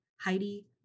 Heidi